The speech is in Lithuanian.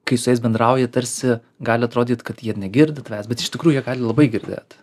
kai su jais bendrauji tarsi gali atrodyt kad jie negirdi tavęs bet iš tikrųjų jie gali labai girdėti